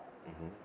mmhmm